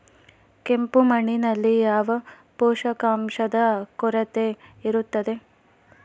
ಕೆಂಪು ಮಣ್ಣಿನಲ್ಲಿ ಯಾವ ಪೋಷಕಾಂಶದ ಕೊರತೆ ಇರುತ್ತದೆ?